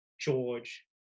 George